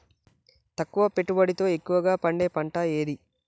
తక్కువ పెట్టుబడితో ఎక్కువగా పండే పంట ఏది?